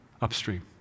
upstream